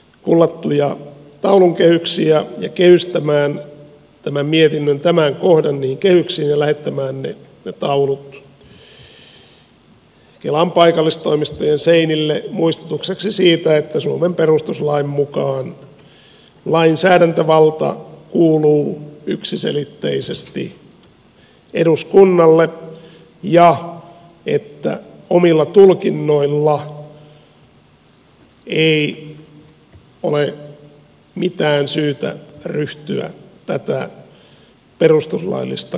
kullattuja taulunkehyksiä ja kehystämään tämän mietinnön tämän kohdan niihin kehyksiin ja lähettämään ne taulut kelan paikallistoimistojen seinille muistutukseksi siitä että suomen perustuslain mukaan lainsäädäntövalta kuuluu yksiselitteisesti eduskunnalle ja että omilla tulkinnoilla ei ole mitään syytä ryhtyä tätä perustuslaillista kansanvaltaa murentamaan